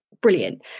Brilliant